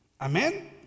Amen